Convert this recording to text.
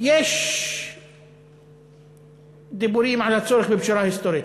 יש דיבורים על הצורך בפשרה היסטורית.